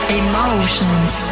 emotions